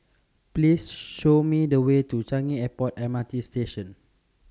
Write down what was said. Please Show Me The Way to Changi Airport M R T Station